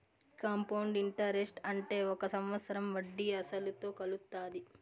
compound interest అంటే ఒక సంవత్సరం వడ్డీ అసలుతో కలుత్తాది